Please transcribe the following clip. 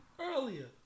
Earlier